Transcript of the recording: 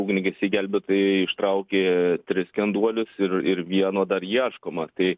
ugniagesiai gelbėtojai ištraukė tris skenduolius ir ir vieno dar ieškoma tai